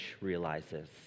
realizes